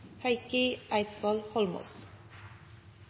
Heikki Eidsvoll Holmås